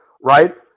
right